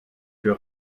für